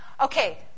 Okay